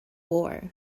war